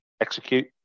execute